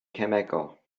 cemegol